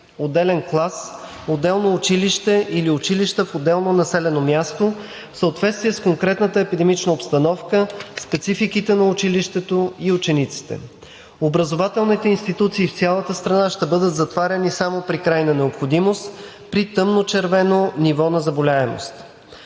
отделен клас, отделно училище или училища в отделено населено място в съответствие с конкретната епидемична обстановка, спецификите на училището и учениците. Образователните институции в цялата страна ще бъдат затваряни само при крайна необходимост, при тъмночервено ниво на заболеваемост.